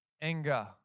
anger